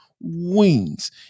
wings